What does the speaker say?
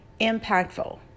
impactful